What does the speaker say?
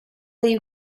you